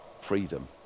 freedom